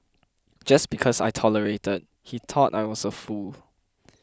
just because I tolerated he thought I was a fool